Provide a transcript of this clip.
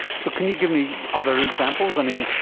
so can you give me other examples? i mean,